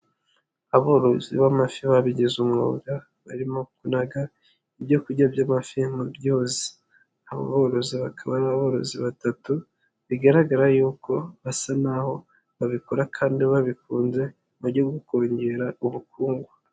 Aborozi b'amafi babigize umwuga barimo kunaga ibyo kurya by'amafi byuzi. Abo borozi bakaba ari aborozi batatu, bigaragara yuko basa n'aho babikora kandi babikunze mu buryo bwo kongera ubukungu.